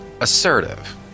assertive